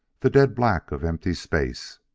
the dead black of empty space.